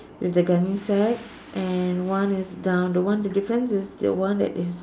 with the gunny sack and one is down the one the difference is the one that is